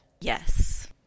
Yes